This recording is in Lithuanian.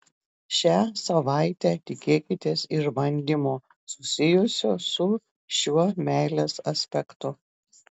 šią savaitę tikėkitės išbandymo susijusio su šiuo meilės aspektu